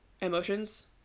emotions